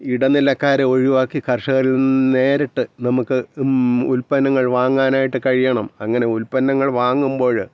ഇടനിലക്കാരെ ഒഴിവാക്കി കർഷകരിൽ നിന്ന് നേരിട്ട് നമുക്ക് ഉൽപ്പന്നങ്ങൾ വാങ്ങാനായിട്ട് കഴിയണം അങ്ങനെ ഉൽപ്പന്നങ്ങൾ വാങ്ങുമ്പോൾ